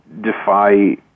defy